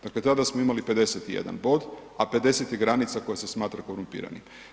Dakle, tada smo imali 51 bod, a 50 je granica koja se smatra korumpiranim.